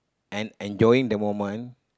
and enjoying the moment